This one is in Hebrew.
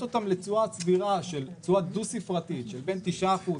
אותם לתשואה סבירה של תשואה דו ספרתית של בין 9 אחוז,